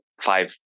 five